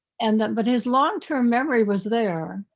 and then, but his longterm memory was there.